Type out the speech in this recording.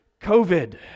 COVID